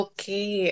Okay